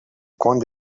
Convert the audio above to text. cont